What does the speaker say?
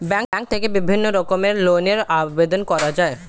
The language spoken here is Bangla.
ব্যাঙ্ক থেকে বিভিন্ন রকমের ঋণের আবেদন করা যায়